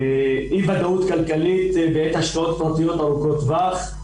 אי ודאות כלכלית בעת השקעות פרטיות ארוכות טווח,